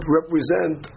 represent